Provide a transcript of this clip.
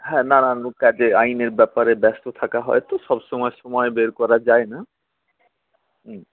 হ্যাঁ না না অন্য কাজে আইনের ব্যাপারে ব্যস্ত থাকা হয়ত সবসময় সময় বের করা যায় না হুম